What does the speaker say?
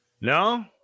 No